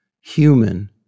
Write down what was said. human